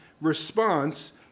response